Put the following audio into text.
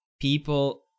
people